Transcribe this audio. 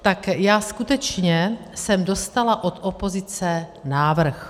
Tak já skutečně jsem dostala od opozice návrh.